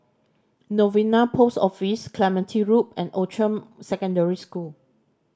Novena Post Office Clementi Loop and Outram Secondary School